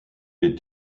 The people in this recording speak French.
est